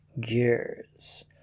gears